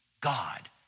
God